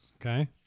Okay